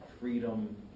freedom